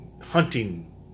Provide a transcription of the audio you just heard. hunting